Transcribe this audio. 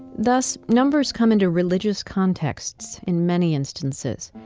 thus, numbers come into religious contexts in many instances.